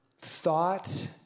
thought